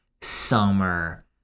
summer